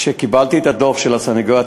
כשקיבלתי את הדוח של הסנגוריה הציבורית,